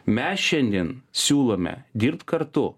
mes šiandien siūlome dirbt kartu